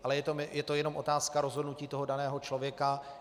Ale je to jenom otázka rozhodnutí toho daného člověka.